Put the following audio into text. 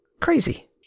Crazy